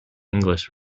english